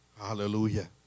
Hallelujah